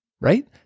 right